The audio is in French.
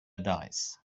dares